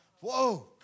Whoa